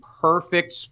perfect